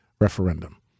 referendum